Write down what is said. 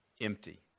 empty